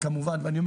אני אמור שוב: